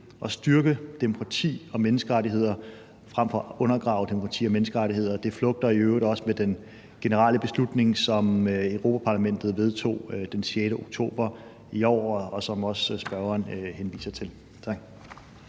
og styrke demokrati og menneskerettigheder frem for at undergrave demokrati og menneskerettigheder. Det flugter i øvrigt også med den generelle beslutning, som Europa-Parlamentet vedtog den 6. oktober i år, og som også spørgeren henviser til. Tak.